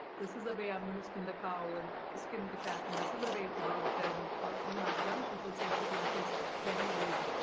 this is the way i'm gonna skin the cow and skin the cat, and this is the way it worked, and you have young people saying, okay that was very old.